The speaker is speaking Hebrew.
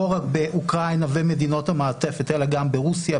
לא רק באוקראינה ומדינות המעטפת אלא גם ברוסיה,